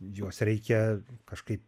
juos reikia kažkaip